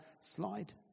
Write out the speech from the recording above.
slide